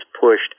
pushed